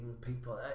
people